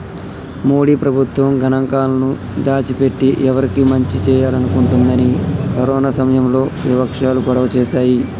మోడీ ప్రభుత్వం గణాంకాలను దాచి పెట్టి ఎవరికి మంచి చేయాలనుకుంటుందని కరోనా సమయంలో వివక్షాలు గొడవ చేశాయి